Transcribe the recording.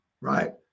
right